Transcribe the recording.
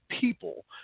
people